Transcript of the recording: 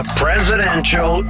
presidential